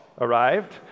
arrived